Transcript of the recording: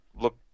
look